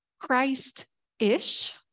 Christ-ish